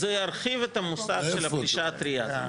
זה ירחיב את המושג של הפלישה הטרייה.